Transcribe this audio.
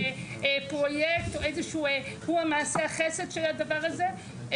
פרויקט או איזשהו מעשה החסד של הדבר הזה,